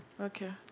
Okay